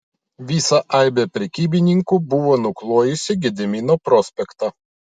visa aibė prekybininkų buvo nuklojusi gedimino prospektą